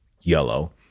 yellow